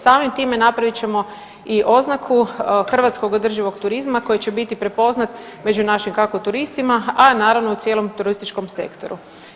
Samim time napravit ćemo i oznaku Hrvatskog održivog turizma koji će biti prepoznat među našim kako turistima, a naravno i u cijelom turističkom sektoru.